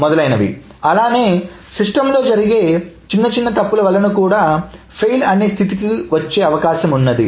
మొదలైనవి అలానే సిస్టం లో జరిగే చిన్న చిన్న తప్పుల వలన కూడా ఫెయిల్ అనే స్థితికి వచ్చే అవకాశం ఉంది